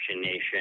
nation